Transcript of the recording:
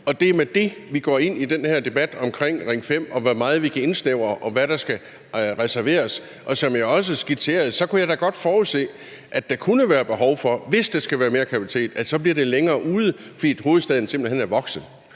og det er med det, at vi går ind i den debat omkring Ring 5 og om, hvor meget vi kan indsnævre, og hvor meget der skal reserveres. Og som jeg også skitserede, kunne jeg godt forudse, at der kunne være behov for – hvis der skal være mere kapacitet – at det så bliver længere ude, fordi hovedstaden simpelt hen er vokset.